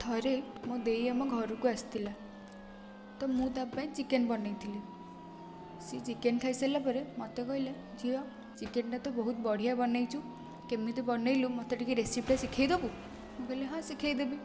ଥରେ ମୋ ଦେଈ ଆମ ଘରକୁ ଆସିଥିଲା ତ ମୁଁ ତା ପାଇଁ ଚିକେନ୍ ବନାଇଥିଲି ସିଏ ଚିକେନ୍ ଖାଇ ସାରିଲା ପରେ ମୋତେ କହିଲେ ଝିଅ ଚିକେନ୍ଟା ତ ବହୁତ ବଢ଼ିଆ ବନେଇଛୁ କେମିତି ବନେଇଲୁ ମୋତେ ଟିକେ ରେସିପିଟା ଶିଖାଇ ଦେବୁ ମୁଁ କହିଲି ହଁ ଶିଖାଇ ଦେବି